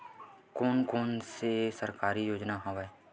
कोन कोन से सरकारी योजना हवय?